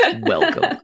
welcome